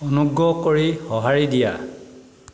অনুগ্ৰহ কৰি সঁহাৰি দিয়া